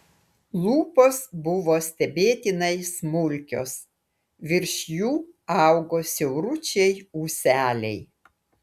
lūpos buvo stebėtinai smulkios virš jų augo siauručiai ūseliai